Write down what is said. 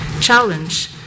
challenge